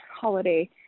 holiday